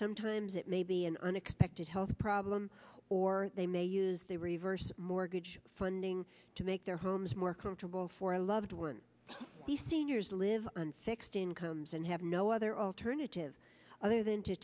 sometimes it may be an unexpected health problem or they may use the reverse mortgage funding to make their homes more comfortable for a loved one the seniors live on fixed incomes and have no other alternative other than to